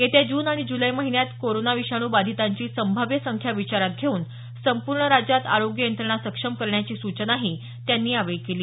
येत्या जून आणि जूलै महिन्यात कोरोना विषाणू बाधितांची संभाव्य संख्या विचारात घेऊन संपूर्ण राज्यात आरोग्य यंत्रणा सक्षम करण्याची सूचनाही त्यांनी यावेळी केली